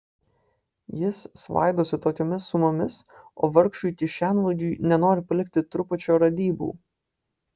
jis svaidosi tokiomis sumomis o vargšui kišenvagiui nenori palikti trupučio radybų